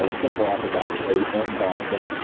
and central office, actually, in boston.